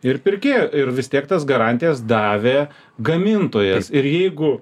ir pirkėjo ir vis tiek tas garantijas davė gamintojas ir jeigu